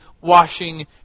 washing